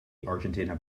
argentina